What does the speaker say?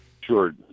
Sure